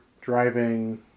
driving